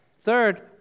Third